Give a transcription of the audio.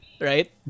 right